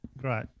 Great